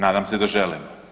Nadam se da želimo.